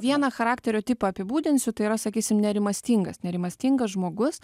vieną charakterio tipą apibūdinsiu tai yra sakysim nerimastingas nerimastingas žmogus